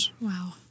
Wow